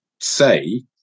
say